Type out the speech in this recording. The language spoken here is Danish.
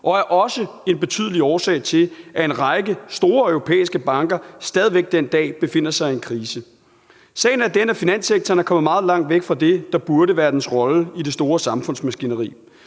og er også en betydelig årsag til, at en række store europæiske banker den dag i dag stadig væk befinder sig i krise. Sagen er den, at finanssektoren er kommet meget langt væk fra det, der burde være dens rolle i det store samfundsmaskineri.